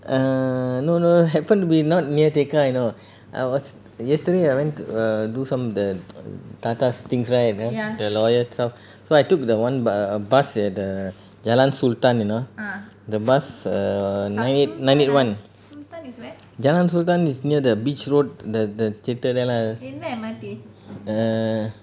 err no no no happened to be not near tekka you know I was yesterday I went to err do some the the thatha things right !huh! the lawyer stuff so I took the one b~ bus at the jalan sultan you know the bus err nine eight nine eight one jalan sultan is near the beach road the the theater there lah err